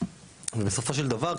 ובסופו של דבר,